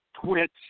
twitch